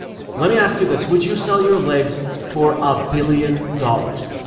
let me ask you this, would you sell your legs for a billion dollars?